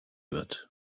wird